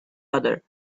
other